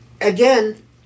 Again